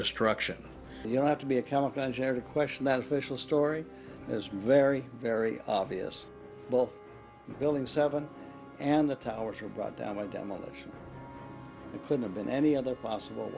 understructure you don't have to be a chemical engineer to question that official story is very very obvious both building seven and the towers were brought down by demolition could have been any other possible